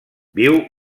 viu